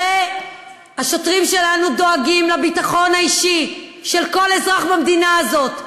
השוטרים שלנו דואגים לביטחון האישי של כל אזרח במדינה הזאת,